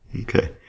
Okay